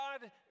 God